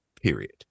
period